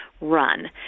run